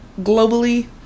globally